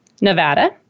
Nevada